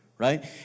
Right